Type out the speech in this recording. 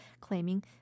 claiming